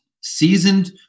seasoned